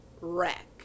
wreck